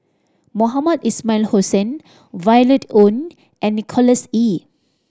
Mohamed Ismail Hussain Violet Oon and Nicholas Ee